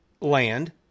land